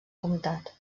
comtat